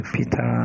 Peter